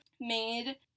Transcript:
made